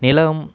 நிலம்